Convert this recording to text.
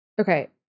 Okay